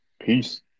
peace